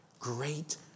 Great